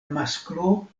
masklo